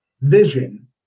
vision